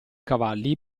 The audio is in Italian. cavalli